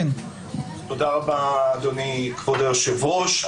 תודה רבה אדוני כבוד היושב ראש.